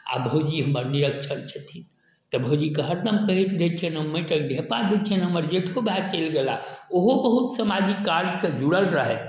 आ भौजी हमर निरक्षर छथिन तऽ भौजीके हरदम कहैत रहै छियनि जे हम माटिके ढेपा दै छियनि हमर जेठो भैया चलि गेला ओहो बहुत सामाजिक काज सऽ जुड़ल रहथि